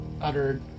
uttered